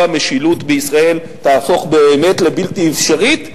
המשילות בישראל תהפוך באמת לבלתי אפשרית,